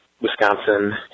Wisconsin